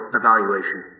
evaluation